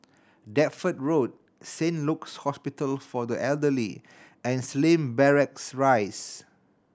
Deptford Road Saint Luke's Hospital for the Elderly and Slim Barracks Rise